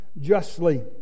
justly